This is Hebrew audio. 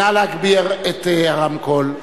נא להגביר את הרמקול.